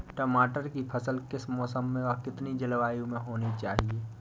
टमाटर की फसल किस मौसम व कितनी जलवायु में होनी चाहिए?